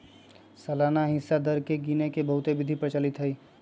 सालाना हिस्सा दर के गिने के बहुते विधि प्रचलित हइ